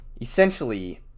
Essentially